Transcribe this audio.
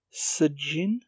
Sajin